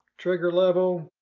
trigger level.